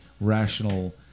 rational